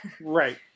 Right